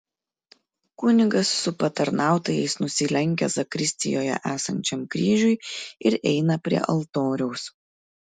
kunigas su patarnautojais nusilenkia zakristijoje esančiam kryžiui ir eina prie altoriaus